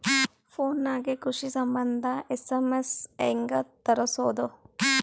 Phone ನಾಗೆ ಕೃಷಿ ಸಂಬಂಧ ಎಸ್.ಎಮ್.ಎಸ್ ಹೆಂಗ ತರಸೊದ?